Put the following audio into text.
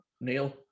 Neil